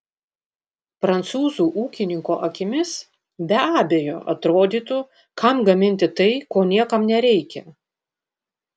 prancūzų ūkininko akimis be abejo atrodytų kam gaminti tai ko niekam nereikia